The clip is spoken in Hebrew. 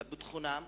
לביטחונם,